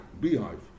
beehive